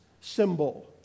symbol